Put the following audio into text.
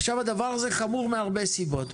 הדבר הזה חמור מהרבה סיבות.